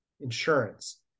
insurance